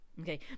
Okay